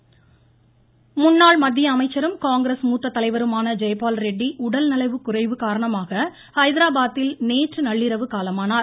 மறைவு முன்னாள் மத்திய அமைச்சரும் காங்கிரஸ் மூத்த தலைவருமான ஜெயபால் ரெட்டி உடல்நலக்குறைவு காரணமாக ஹைதராபாத்தில் நேற்று நள்ளிரவு காலமானார்